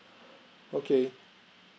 okay